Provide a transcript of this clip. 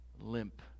limp